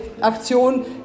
Aktion